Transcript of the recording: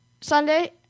Sunday